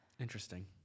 Interesting